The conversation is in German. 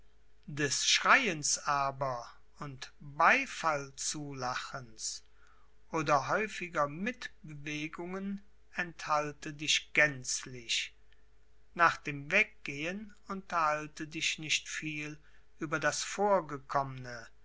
des schreiens aber und beifall zulachens oder häufiger mitbewegungen enthalte dich gänzlich nach dem weggehen unterhalte dich nicht viel über das vorgekommene